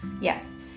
yes